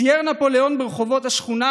סייר נפוליאון ברחובות השכונה,